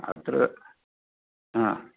अत्र आ